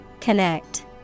Connect